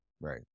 Right